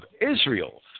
Israel